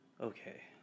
okay